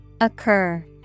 Occur